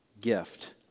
gift